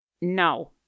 No